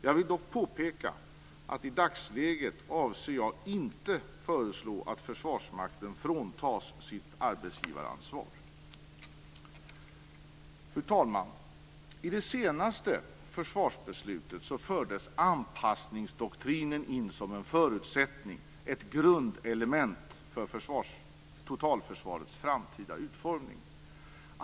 Jag vill dock påpeka att jag i dagsläget inte avser att föreslå att Försvarsmakten fråntas sitt arbetsgivaransvar. Fru talman! I det senaste försvarsbeslutet fördes anpassningsdoktrinen in som en förutsättning, ett grundelement, för totalförsvarets framtida utformning.